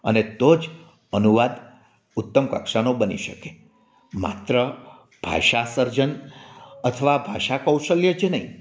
અને તો જ અનુવાદ ઉત્તમ કક્ષાનો બની શકે માત્ર ભાષા સર્જન અથવા ભાષા કૌશલ્ય જ નહીં